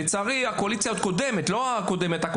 לצערי, הקואליציה הקודמת, לא הקודמת, אלא